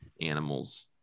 animals